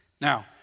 Now